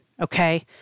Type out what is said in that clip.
okay